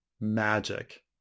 magic